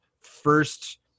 first